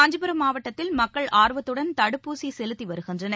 காஞ்சிபுரம் மாவட்டத்தில் மக்கள் ஆர்வத்துடன் தடுப்பூசி செலுத்தி வருகின்றனர்